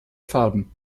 farben